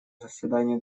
заседании